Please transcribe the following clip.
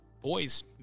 boys